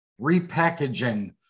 repackaging